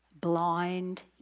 blind